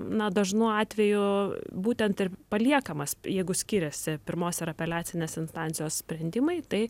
na dažnu atveju būtent ir paliekamas jeigu skiriasi pirmos ir apeliacinės instancijos sprendimai tai